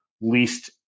least